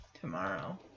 tomorrow